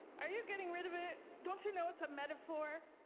are you getting rid of it? don't you know it's a metaphor?